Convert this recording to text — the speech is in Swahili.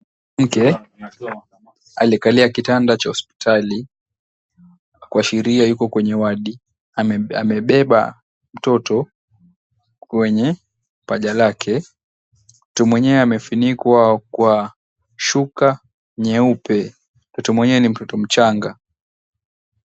Mwanamke aliyekalia kitanda cha hospitali, kuashiria yuko kwenye wadi, amebeba mtoto kwenye paja lake. Mtoto mwenyewe amefunikwa kwa shuka nyeupe. Mtoto mwenyewe ni mtoto mchanga.